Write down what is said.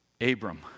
Abram